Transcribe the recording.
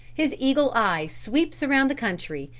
his eagle eye sweeps around the country,